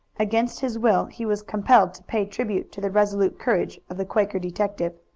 against his will he was compelled to pay tribute to the resolute courage of the quaker detective.